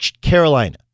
Carolina